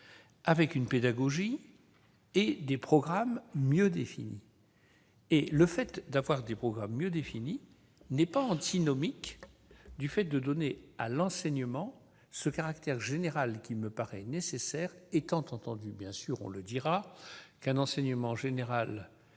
avec une pédagogie et des programmes mieux définis ? Le fait de disposer de programmes mieux définis n'est pas antinomique du fait de donner à l'enseignement le caractère général qui me paraît nécessaire, étant entendu, bien sûr, qu'un enseignement général